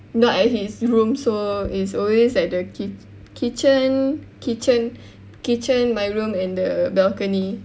not at his room so it's always at the kitch~ kitchen kitchen kitchen my room and the balcony